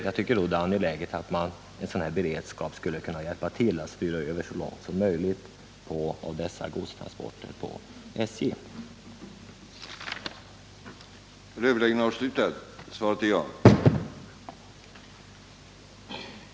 Jag tycker det är angeläget med en beredskap som kan hjälpa till att Om den framtida 2 styra över så mycket som möjligt av dessa godstransponter till SJ.